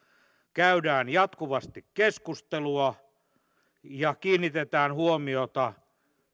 käydään jatkuvasti keskustelua ja kiinnitetään huomiota